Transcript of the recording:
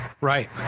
right